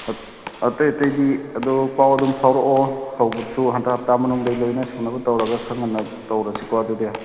ꯑꯇꯩ ꯑꯇꯩꯗꯤ ꯑꯗꯣ ꯄꯥꯎ ꯑꯗꯨꯝ ꯐꯥꯎꯔꯛꯑꯣ ꯍꯧꯕꯗꯁꯨ ꯍꯟꯇꯛ ꯍꯞꯇꯥ ꯃꯅꯨꯡꯗꯒꯤ ꯂꯣꯏꯅ ꯁꯨꯅꯕ ꯇꯧꯔꯒ ꯈꯔ ꯉꯟꯅ ꯇꯧꯔꯁꯦꯕꯀꯣ ꯑꯗꯨꯗꯤ